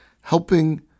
helping